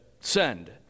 Send